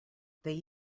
they